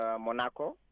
Monaco